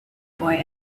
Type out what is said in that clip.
boy